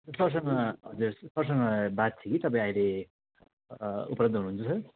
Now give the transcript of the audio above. सरसँग हजुर सरसँग बात थियो कि तपाईँ अहिले उपलब्ध हुनु हुन्छ सर